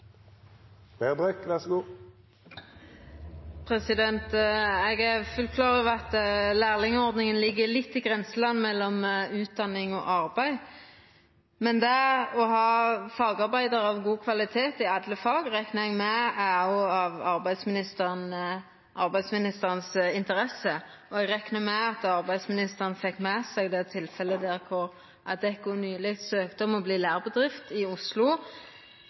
fullt klar over at lærlingordninga ligg litt i grenselandet mellom utdanning og arbeid, men det å ha fagarbeidarar av god kvalitet i alle fag reknar eg med òg er i arbeidsministerens interesse. Eg reknar også med at arbeidsministeren fekk med seg tilfellet der Adecco nyleg søkte om å verta lærebedrift i Oslo,